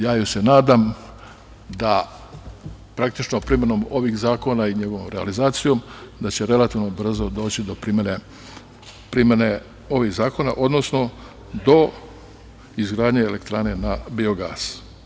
Ja još se nadam, da praktično primenom ovih zakona i njihovom realizacijom da će relativno brzo doći do primene ovih zakona, odnosno do izgradnje elektrane na biogas.